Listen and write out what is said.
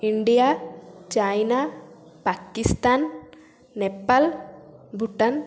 India China Pakistan Nepal Bhutan